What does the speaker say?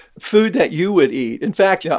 food that you would eat. in fact, yeah